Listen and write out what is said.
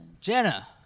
Jenna